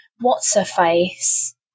what's-her-face